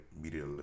media